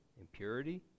impurity